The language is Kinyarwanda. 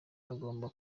agomba